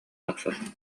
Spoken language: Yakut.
тахсар